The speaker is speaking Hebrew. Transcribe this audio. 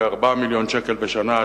כ-4 מיליוני שקל בשנה,